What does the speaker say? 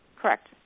correct